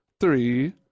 Three